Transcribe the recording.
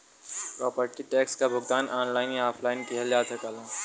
property tax क भुगतान online या ऑफलाइन किहल जा सकला